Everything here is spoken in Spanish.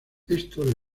esto